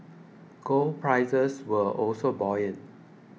gold prices were also buoyant